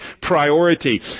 priority